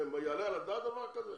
יעלה על הדעת דבר כזה?